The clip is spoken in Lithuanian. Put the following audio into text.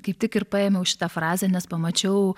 kaip tik ir paėmiau šitą frazę nes pamačiau